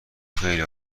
خیلی